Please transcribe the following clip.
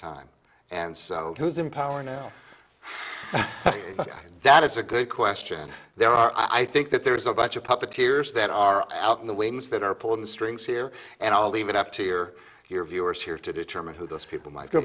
time and who's in power now that is a good question there are i think that there's a bunch of puppet tears that are out in the wings that are pulling the strings here and i'll leave it up to your your viewers here to determine who those people might go